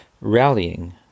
rallying